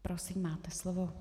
Prosím, máte slovo.